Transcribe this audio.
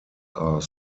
are